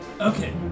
Okay